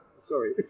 Sorry